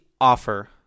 Offer